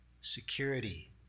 security